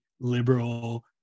liberal